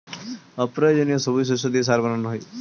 অপ্রয়োজনীয় সবুজ শস্য দিয়ে সার বানানো হয়